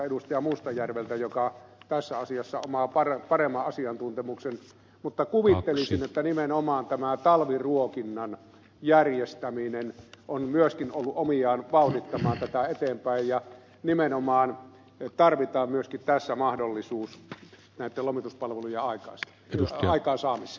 mustajärveltä joka tässä asiassa omaa paremman asiantuntemuksen mutta kuvittelisin että nimenomaan tämän talviruokinnan järjestäminen on myöskin ollut omiaan vauhdittamaan tätä eteenpäin ja nimenomaan tarvitaan myöskin tässä mahdollisuus näitten lomituspalvelujen aikaansaamiseen